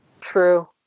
True